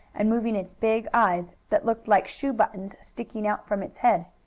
and moving its big eyes, that looked like shoe buttons sticking out from its head.